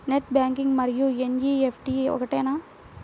Net banking మరియు NEFT ఒకటేనా?